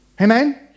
Amen